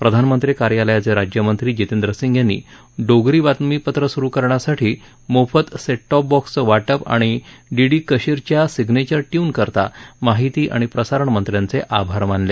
प्रधानमंत्री कार्यालयाचे राज्यमंत्री जितेंद्रसिंग यांनी डोगरी बातमीपत्र स्रु करण्यासाठी मोफत सेटटॉप बॉक्सचं वाटप आणि डीडी कशीरच्या सिग्नेचर ट्यून करता माहिती आणि प्रसारण मंत्र्यांचे आभार मानले